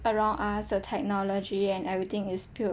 around us the technology and everything is built